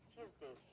Tuesday